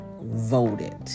voted